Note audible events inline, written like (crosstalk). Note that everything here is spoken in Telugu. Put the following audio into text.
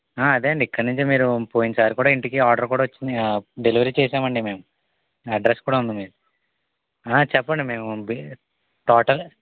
అదేండి ఇక్కడినుంచే మీరు పోయినసారి కూడా ఇంటికి ఆర్డర్ కూడా వచ్చింది డెలివరీ చేశామండి మేము అడ్రస్ కూడా ఉంది మీది చెప్పండి మేము (unintelligible) టోటల్